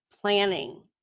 planning